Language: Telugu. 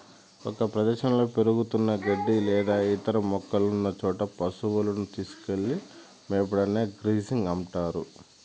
ఒక ప్రదేశంలో పెరుగుతున్న గడ్డి లేదా ఇతర మొక్కలున్న చోట పసువులను తీసుకెళ్ళి మేపడాన్ని గ్రేజింగ్ అంటారు